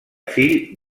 fill